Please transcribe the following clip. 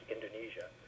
Indonesia